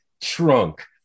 trunk